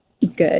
Good